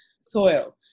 soil